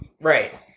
Right